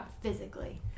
physically